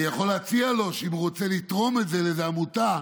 אני יכול להציע לו שאם הוא רוצה לתרום את זה לאיזו עמותה,